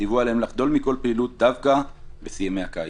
ציוו עליהן לחדול מכל פעילות דווקא בשיא ימי הקיץ.